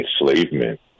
enslavement